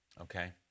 okay